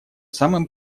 самым